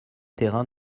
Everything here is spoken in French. terrain